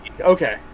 okay